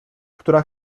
która